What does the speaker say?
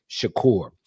Shakur